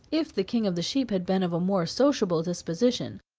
if the king of the sheep had been of a more sociable disposition,